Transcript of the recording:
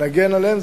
נגן עליהם.